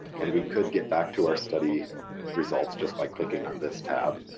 and we could get back to our study results just by clicking on this tab,